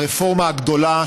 הרפורמה הגדולה,